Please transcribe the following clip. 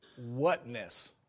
whatness